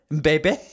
Baby